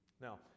Now